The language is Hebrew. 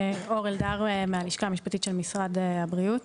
אני אור אלדר מהלשכה המשפטית של משרד הבריאות.